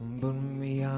but me,